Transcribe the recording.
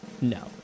No